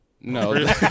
No